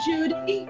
Judy